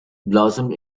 blossomed